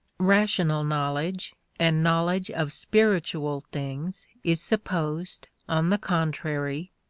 rational knowledge and knowledge of spiritual things is supposed, on the contrary,